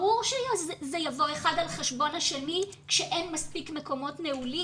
ברור שזה יבוא אחד על חשבון השני כשאין מספיק מקומות נעולים.